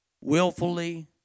willfully